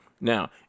Now